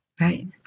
Right